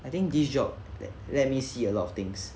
I think this job let let me see a lot of things